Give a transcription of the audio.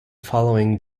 following